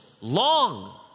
long